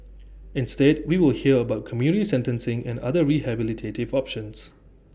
instead we will hear about community sentencing and other rehabilitative options